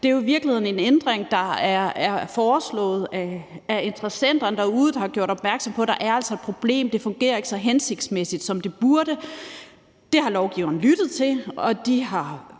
det er jo i virkeligheden en ændring, der er foreslået af interessenterne derude, der har gjort opmærksom på, at der altså er et problem, og at det ikke fungerer så hensigtsmæssigt, som det burde. Det har lovgiverne lyttet til, og de er